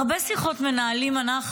אנחנו מנהלות הרבה שיחות, מיכל,